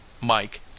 Mike